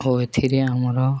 ଓ ଏଥିରେ ଆମର